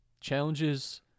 challenges